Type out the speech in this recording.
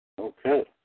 Okay